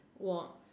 walk